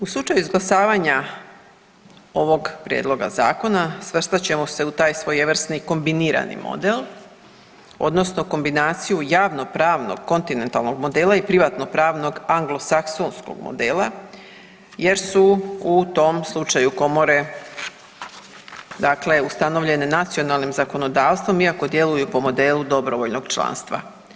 U slučaju izglasavanja ovog Prijedloga zakona svrstat ćemo se u taj svojevrsni kombinirani model odnosno kombinaciju javnopravnog kontinentalnog modela i privatnopravnog anglosaksonskog modela jer su u tom slučaju komore dakle ustanovljene nacionalnim zakonodavstvom iako djeluju po modelu dobrovoljnog članstva.